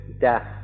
death